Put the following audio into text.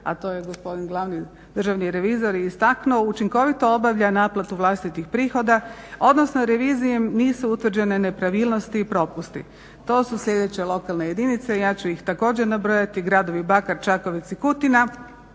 a to je gospodin glavni državni revizor istaknuo učinkovito obavlja naplatu vlastitih prihoda, odnosno revizijom nisu utvrđene nepravilnosti i propusti. To su sljedeće lokalne jedinice, ja ću ih također nabrojati gradovi Bakar, Čakovec i Kutina